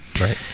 Right